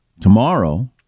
tomorrow